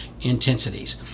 intensities